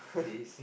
please